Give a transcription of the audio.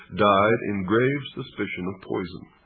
died in grave suspicion of poison.